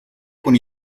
con